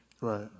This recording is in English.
right